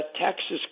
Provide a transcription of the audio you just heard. texas